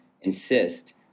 insist